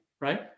right